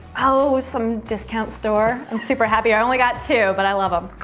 oh, some discount store. i'm super happy, i only got two, but i love um